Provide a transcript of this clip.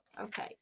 Okay